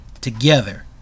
together